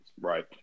right